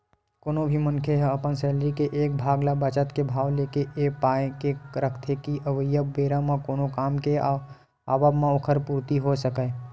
कोनो भी मनखे ह अपन सैलरी के एक भाग ल बचत के भाव लेके ए पाय के रखथे के अवइया बेरा म कोनो काम के आवब म ओखर पूरति होय सकय